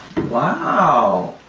wow.